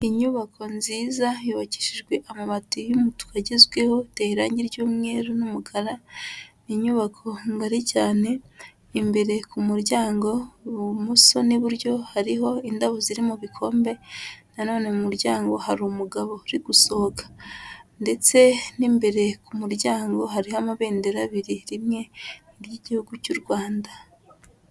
Inyubako nziza yubakishijwe amabati y'umutuku agezweho, iteye irange ry'umweru n'umukara, inyubako ngari cyane imbere ku muryango ibumoso n'iburyo hariho indabo ziri mu bikombe, nanone mu muryango hari umugabo uri gusohoka ndetse n'imbere ku muryango, hariho amabendera abiri rimwe ry'igihugu cy'u Rwanda.